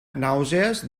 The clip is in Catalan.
nàusees